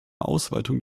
ausweitung